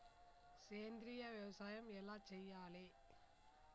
సేంద్రీయ వ్యవసాయం ఎలా చెయ్యాలే?